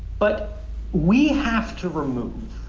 but we have to remove